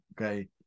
okay